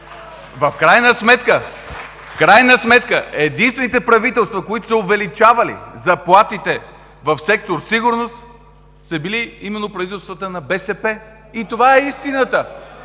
В крайна сметка единствените правителства, които са увеличавали заплатите в сектор „Сигурност“, са били именно правителствата на БСП. И това е истината!